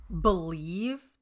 believe